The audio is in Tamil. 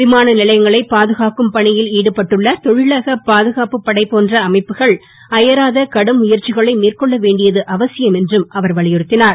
விமானநிலையங்களை பாதுகாக்கும் பணியில் ஈடுபட்டுள்ள தொழிலக பாதுகாப்பு படை போன்ற அமைப்புகள் அயராத கடும் முயற்சிகளை மேற்கொள்ள வேண்டியது அவசியம் என்றும் அவர் வலியுறுத்தினார்